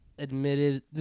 admitted